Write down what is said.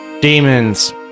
Demons